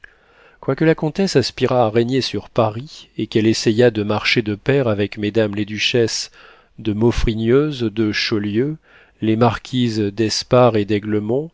quoique la comtesse aspirât à régner sur paris et qu'elle essayât de marcher de pair avec mesdames les duchesses de maufrigneuse de chaulieu les marquises d'espard et d'aiglemont